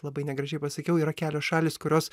labai negražiai pasakiau yra kelios šalys kurios